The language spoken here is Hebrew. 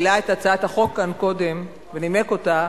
העלה את הצעת החוק כאן קודם ונימק אותה,